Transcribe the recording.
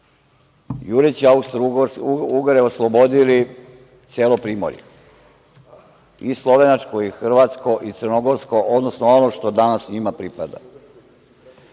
jureći Austrougare, oslobodili celo primorje, i slovenačko, i hrvatsko i crnogorsko, odnosno ono što danas njima